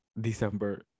December